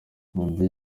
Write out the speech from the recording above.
meddy